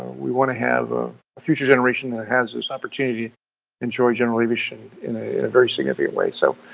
we want to have ah a future generation that has this opportunity enjoy general aviation in a very significant way. so,